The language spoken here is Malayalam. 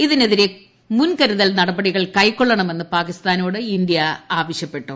ഇതിനെതിരെ മുൻകരുതൽ നടപടികൾ കൈക്കൊള്ളണമെന്ന് പാകിസ്ഥാനോട് ഇന്ത്യ ആവശ്യപ്പെട്ടു